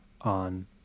on